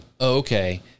okay